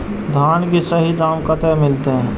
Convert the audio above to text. धान की सही दाम कते मिलते?